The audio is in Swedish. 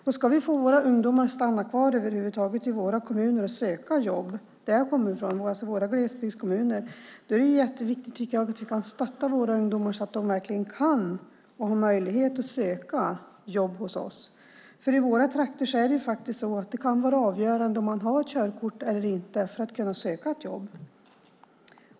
Om vi ska få våra ungdomar att över huvud taget stanna kvar i våra kommuner och söka jobb i glesbygdskommuner som den som jag kommer ifrån är det jätteviktigt att vi stöttar dem. De måste verkligen få möjlighet att söka jobb hos oss. I våra trakter kan det vara avgörande om man har körkort eller inte för att kunna söka ett jobb.